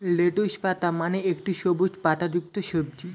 lettuce পাতা মানে একটি সবুজ পাতাযুক্ত সবজি